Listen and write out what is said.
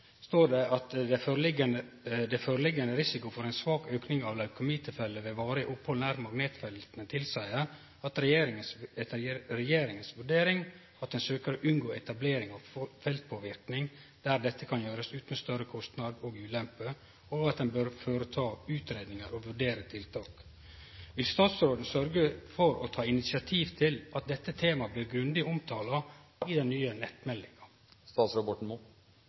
står det at det ligg føre ein risiko for ein svak auke av leukemitilfelle ved varig opphald nær magnetfelt, som etter regjeringa si vurdering tilseier at ein søkjer å unngå etablering av feltpåverknad der dette kan gjerast utan større kostnad og ulempe, og at ein bør føreta utgreiingar og vurdere tiltak. Vil statsråden sørgje for å ta initiativ til at dette temaet blir grundig omtala i den nye nettmeldinga?